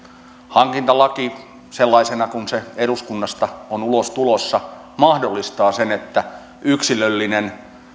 hankintalaki sellaisena kuin se eduskunnasta on ulos tulossa mahdollistaa sen että yksilöllinen